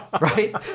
Right